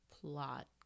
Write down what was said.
plot